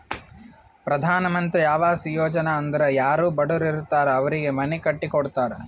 ಪ್ರಧಾನ್ ಮಂತ್ರಿ ಆವಾಸ್ ಯೋಜನಾ ಅಂದುರ್ ಯಾರೂ ಬಡುರ್ ಇರ್ತಾರ್ ಅವ್ರಿಗ ಮನಿ ಕಟ್ಟಿ ಕೊಡ್ತಾರ್